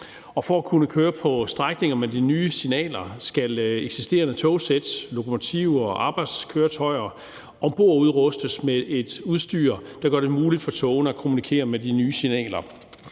for at kunne køre på strækninger med de nye signaler skal eksisterende togsæt, lokomotiver og arbejdskøretøjer ombordudrustes med et udstyr, der gør det muligt for togene at kommunikere med de nye signaler.